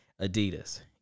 adidas